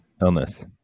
Illness